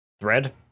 thread